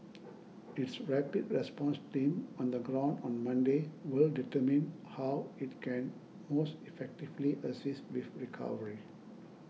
its rapid response team on the ground on Monday will determine how it can most effectively assist with recovery